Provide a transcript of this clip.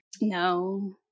No